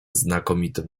znakomitym